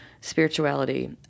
spirituality